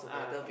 ah